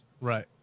Right